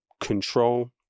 control